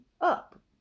up